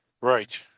Right